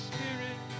Spirit